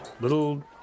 Little